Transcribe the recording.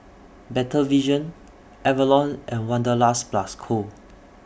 Better Vision Avalon and Wanderlust Plus Co